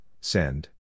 send